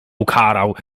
ukarał